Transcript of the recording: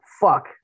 fuck